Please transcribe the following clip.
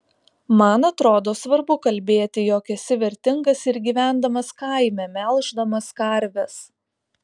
man atrodo svarbu kalbėti jog esi vertingas ir gyvendamas kaime melždamas karves